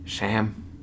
Sam